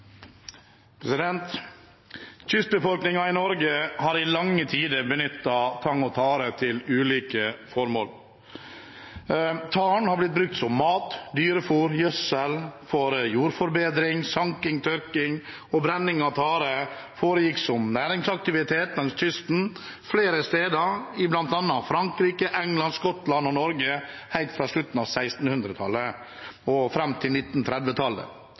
nå? Kystbefolkningen i Norge har i lange tider benyttet tang og tare til ulike formål. Taren har blitt brukt som mat, dyrefôr og gjødsel for jordforbedring. Sanking, tørking og brenning av tare foregikk som næringsaktivitet langs kysten flere steder i bl.a. Frankrike, England, Skottland og Norge helt fra slutten av 1600-tallet fram til